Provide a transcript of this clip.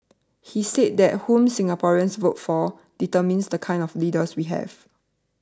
he said that whom Singaporeans vote for determines the kind of leaders we will have